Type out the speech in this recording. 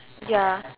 ya